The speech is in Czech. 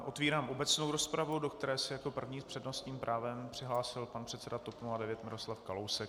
Otvírám obecnou rozpravu, do které se jako první s přednostním právem přihlásil pan předseda TOP 09 Miroslav Kalousek.